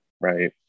right